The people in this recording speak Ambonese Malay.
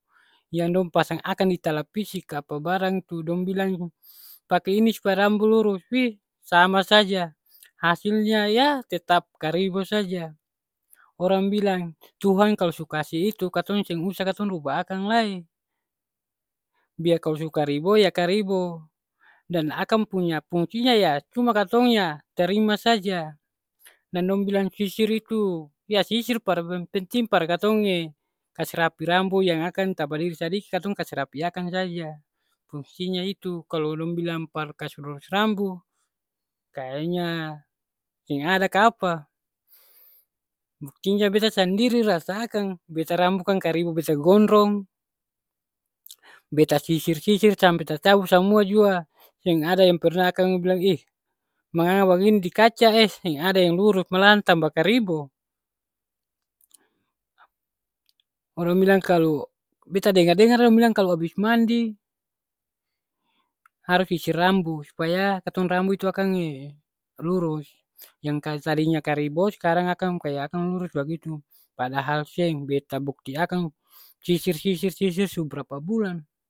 Yang dong pasang akang di telepisi ka apa barang tu, dong bilang pake ini supaya rambu lurus. Pi. Sama saja, hasilnya yah tetap karibo saja. Orang bilang, tuhan kalo su kasi itu, katong seng usah katong rubah akang lai. Biar kalo su karibo yang karibo. Dan akang punya fungsinya ya cuma katong ya tarima saja. Dan dong bilang sisir itu ya sisir par penting par katong e kas rapi rambu yang akang tabadiri sadiki katong kas rapi akang saja. Fungsinya itu. Kalo dong bilang par kasi lurus rambu, kayanya seng ada kapa, buktinya beta sandiri rasa akang. Beta rambu kan karibo beta gondrong, beta sisir-sisir sampe tacabu samua jua seng ada yang pernah akang bilang eh, manganga bagini di kaca eh seng ada yang lurus malahan tamba karibo. Orang bilang kalu beta dengar-dengar dong bilang kalo abis mandi harus sisir rambu, supaya katong rambu itu akang e lurus. Yang kaya tadinya karibo skarang akang kaya akang lurus bagitu. Padahal seng. Beta bukti akang, sisir sisir sisir su brapa bulan.